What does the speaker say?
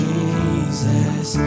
Jesus